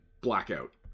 Blackout